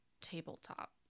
tabletop